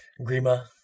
Grima